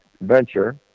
venture